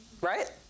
Right